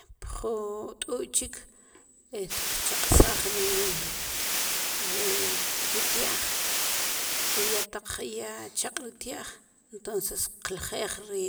pju t'u'y chik e tqchaq'saj ri tia'j i ya taq ya chaq' wu tia'j entonces tqljeej ri